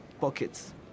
pockets